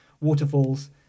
waterfalls